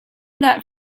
that